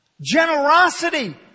generosity